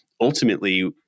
ultimately